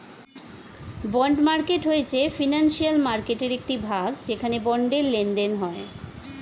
bond market হয়েছে financial মার্কেটয়ের একটি ভাগ যেখানে বন্ডের লেনদেন হয়